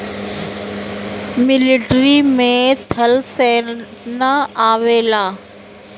military में थल सेना आवेला